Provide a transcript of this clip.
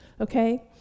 okay